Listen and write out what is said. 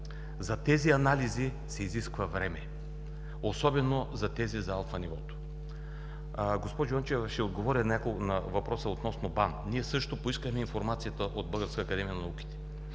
За тези анализи се изисква време, особено тези за алфа нивото. Госпожо Йончева, ще отговоря на въпроса относно БАН. Ние също поискахме информация от Българската академия на науките.